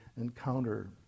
encounter